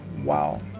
Wow